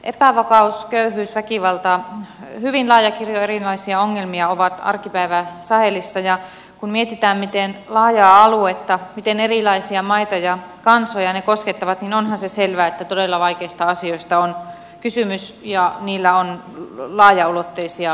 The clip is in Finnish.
epävakaus köyhyys väkivalta hyvin laaja kirjo erilaisia ongelmia ovat arkipäivää sahelissa ja kun mietitään miten laajaa aluetta miten erilaisia maita ja kansoja ne koskettavat niin onhan se selvä että todella vaikeista asioista on kysymys ja niillä on laajaulotteisia heijastevaikutuksia